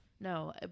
No